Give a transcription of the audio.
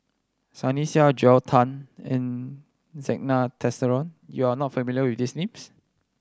Sunny Sia Joel Tan and Zena Tessensohn you are not familiar with these names